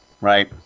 right